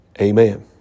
Amen